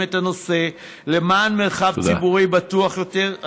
את הנושא למען מרחב ציבורי בטוח יותר,